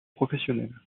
professionnelle